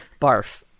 Barf